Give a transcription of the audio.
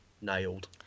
nailed